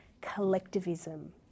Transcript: collectivism